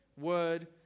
word